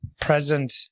present